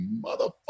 motherfucker